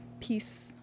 Peace